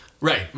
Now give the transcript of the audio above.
Right